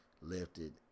lifted